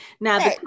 now